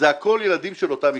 אלו כולם ילדים של אותה משפחה.